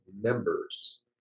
members